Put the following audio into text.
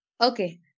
okay